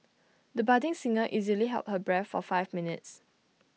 the budding singer easily held her breath for five minutes